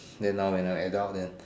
then now when I'm adult then